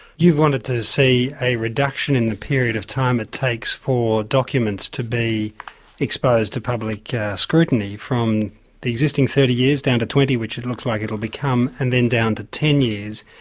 you've wanted to see a reduction in the period of time it takes for documents to be exposed to public yeah scrutiny, from the existing thirty years down to twenty, which looks like it will become, and then down to ten years,